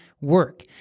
work